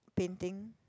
painting